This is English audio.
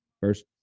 First